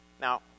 Now